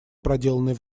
проделанной